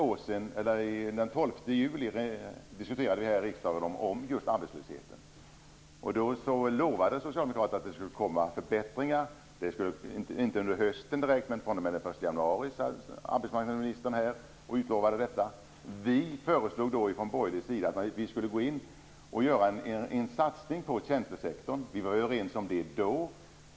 Den 12 juli diskuterade vi arbetslösheten här i riksdagen. Då lovade Socialdemokraterna att det skulle komma förbättringar. De skulle inte komma under hösten direkt, men fr.o.m. den 1 januari utlovade arbetsmarknadsministern. Vi från borgerlig sida föreslog då att vi skulle göra en satsning på tjänstesektorn. Vi var överens om det då.